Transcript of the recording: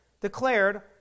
declared